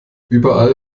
überall